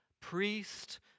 priest